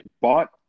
bought